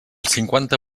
cinquanta